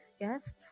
yes